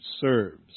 serves